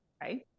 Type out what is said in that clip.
right